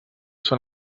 són